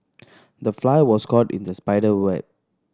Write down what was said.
the fly was caught in the spider web